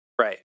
Right